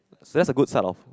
that's a good start of